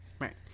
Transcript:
Right